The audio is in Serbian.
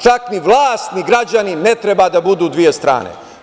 Čak ni vlast, ni građani ne treba da budu dve strane.